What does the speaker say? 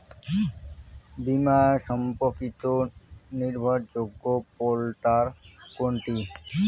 বীমা সম্পর্কিত নির্ভরযোগ্য পোর্টাল কোনটি?